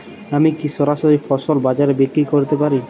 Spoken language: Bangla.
আমি কি সরাসরি ফসল বাজারে বিক্রি করতে পারি?